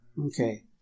Okay